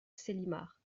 célimare